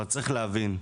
אבל צריך להבין,